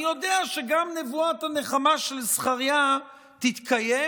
אני יודע שגם נבואת הנחמה של זכריה תתקיים.